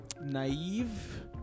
naive